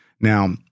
Now